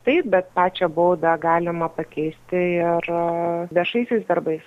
taip bet pačią baudą galima pakeisti ir viešaisiais darbais